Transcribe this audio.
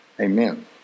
Amen